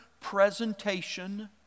presentation